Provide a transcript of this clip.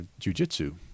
jujitsu